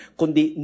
kundi